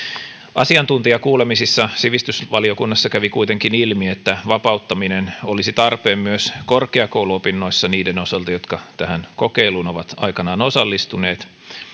asiantuntijakuulemisissa sivistysvaliokunnassa kävi kuitenkin ilmi että vapauttaminen olisi tarpeen myös korkeakouluopinnoissa niiden osalta jotka tähän kokeiluun ovat aikanaan osallistuneet